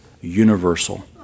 universal